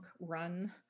run